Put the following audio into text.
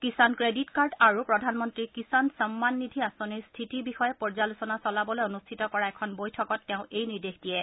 Kisan credit card আৰু প্ৰধানমন্ত্ৰী কিষাণ সন্মান নিধি আঁচনিৰ স্থিতিৰ বিষয়ে পৰ্যালোচনা চলাবলৈ অনুষ্ঠিত কৰা এখন বৈঠকত তেওঁ এই নিৰ্দেশ দিয়ে